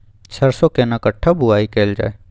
सरसो केना कट्ठा बुआई कैल जाय?